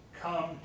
come